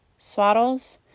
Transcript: swaddles